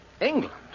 England